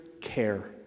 care